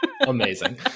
amazing